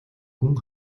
гүн